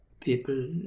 people